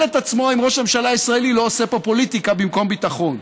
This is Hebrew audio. את עצמו אם ראש הממשלה הישראלי לא עושה פה פוליטיקה במקום ביטחון.